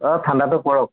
অঁ ঠাণ্ডাটো পৰক